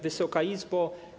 Wysoka Izbo!